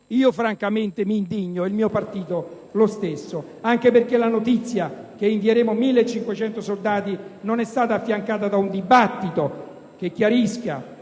Io, francamente, m'indigno e lo stesso fa il mio partito. Anche perché la notizia che invieremo 1.500 soldati non è stata affiancata da un dibattito che chiarisca